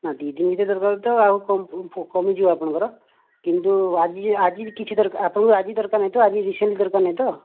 ନା ଦୁଇ ଦିନ ଭିତରେ ତ ଆହୁରି କମ କମିଯିବ ଆପଣଙ୍କର କିନ୍ତୁ ଆଜି ଆଜି କିଛି ଆପଣଙ୍କର ଆଜି ଦରକାର ନାହିଁ ତ ଆଜି ରିସେଣ୍ଟ ଦରକାର ନାହିଁ ତ